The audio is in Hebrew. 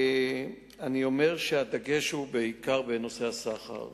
אני אומר שהדגש הוא בעיקר בנושא הסחר.